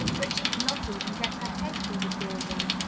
but she could not even get her head through the doorway.